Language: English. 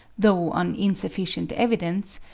though on insufficient evidence,